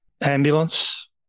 ambulance